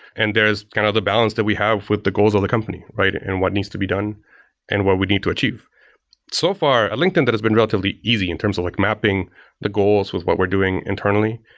and there's kind of the balance that we have with the goals of the company and and what needs to be done and what we need to achieve so far, at linkedin that has been relatively easy in terms of like mapping the goals with what we're doing internally,